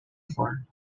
far